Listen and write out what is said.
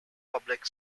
public